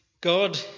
God